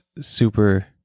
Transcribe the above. super